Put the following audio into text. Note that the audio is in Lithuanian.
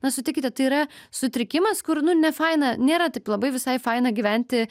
na sutikite tai yra sutrikimas kur nu nefaina nėra taip labai visai faina gyventi